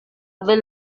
will